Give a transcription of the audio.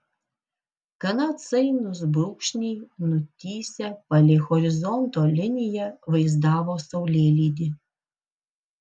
gana atsainūs brūkšniai nutįsę palei horizonto liniją vaizdavo saulėlydį